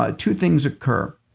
ah two things occur.